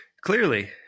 clearly